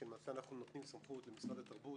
שאנחנו נותנים סמכות למשרד התרבות,